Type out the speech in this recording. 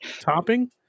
topping